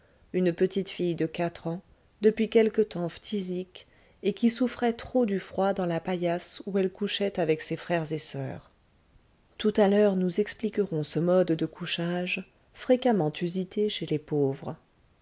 une petite fille de quatre ans depuis quelque temps phtisique et qui souffrait trop du froid dans la paillasse où elle couchait avec ses frères et soeurs tout à l'heure nous expliquerons ce mode de couchage fréquemment usité chez les pauvres